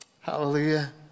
Hallelujah